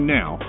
now